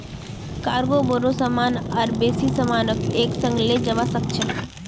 cargo बोरो सामान और बेसी सामानक एक संग ले जव्वा सक छ